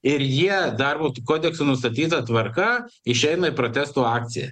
ir jie darbo kodekso nustatyta tvarka išeina į protesto akciją